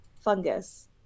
fungus